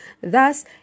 Thus